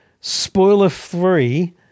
spoiler-free